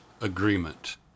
agreement